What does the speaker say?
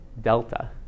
delta